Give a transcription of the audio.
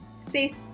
stay